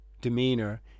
demeanor